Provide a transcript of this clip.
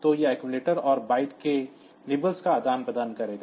तो यह accumulator और बाइट के निबल्स का आदान प्रदान करेगा